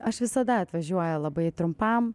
aš visada atvažiuoju labai trumpam